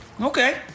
Okay